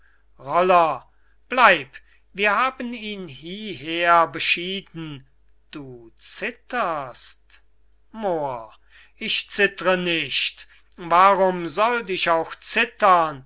roller bleib wir haben ihn hieher beschieden du zitterst moor ich zittre nicht warum sollt ich auch zittern